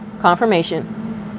confirmation